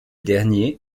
dernier